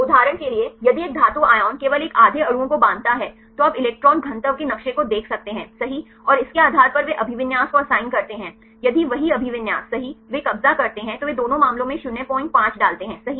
उदाहरण के लिए यदि एक धातु आयन केवल एक आधे अणुओं को बांधता है तो आप इलेक्ट्रॉन घनत्व के नक्शे को देख सकते हैं सही और इसके आधार पर वे अभिविन्यास को असाइन करते हैं यदि वही अभिविन्यास सही वे कब्जा करते हैं तो वे दोनों मामलों में 05 डालते हैं सही